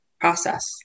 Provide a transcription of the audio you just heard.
process